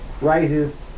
rises